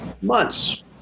months